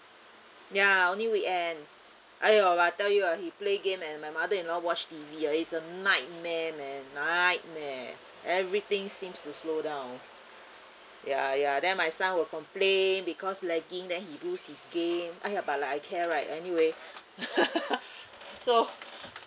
ya only weekends !aiyo! I tell you ah he play game and my mother-in-law watch T_V ah it's a nightmare man nightmare everything seems to slow down ya ya then my son will complain because lagging then he lose his game !aiya! but like I care right anyway so